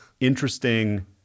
interesting